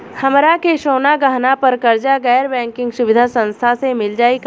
हमरा के सोना गहना पर कर्जा गैर बैंकिंग सुविधा संस्था से मिल जाई का?